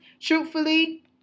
truthfully